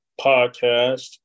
podcast